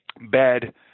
bed